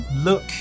look